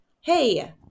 Hey